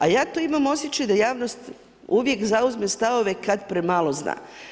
A ja tu imam osjećaj, da javnost uvijek zauzme stavove kad premalo zna.